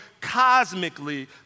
cosmically